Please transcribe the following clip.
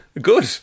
good